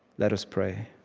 let us pray.